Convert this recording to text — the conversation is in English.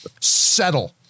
Settle